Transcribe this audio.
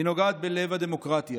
היא נוגעת בלב הדמוקרטיה.